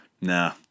nah